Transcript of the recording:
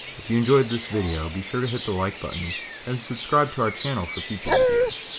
if you enjoyed this video, be sure to hit the like button and subscribe to our channel for future videos.